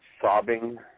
sobbing